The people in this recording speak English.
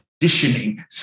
conditioning